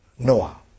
Noah